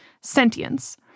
sentience